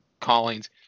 callings